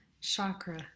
chakra